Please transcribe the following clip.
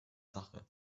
sache